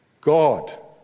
God